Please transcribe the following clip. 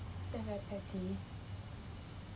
is that very petty